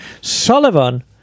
Sullivan